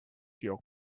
your